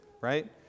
right